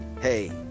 hey